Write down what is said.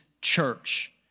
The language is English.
church